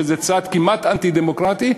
שזה צעד כמעט אנטי-דמוקרטי,